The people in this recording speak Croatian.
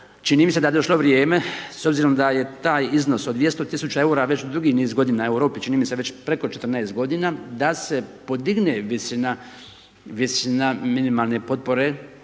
Čini mi se da je došlo vrijeme, s obzirom da je taj iznos od 200 tisuća eura već dugi niz godina u Europi čini mi se već preko 14 godina da se podigne visina minimalne potpore